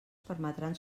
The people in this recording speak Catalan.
permetran